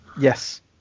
yes